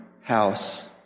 house